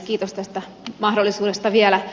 kiitos tästä mahdollisuudesta vielä